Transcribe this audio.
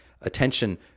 attention